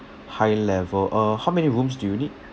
high level uh how many rooms do you need